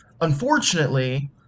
unfortunately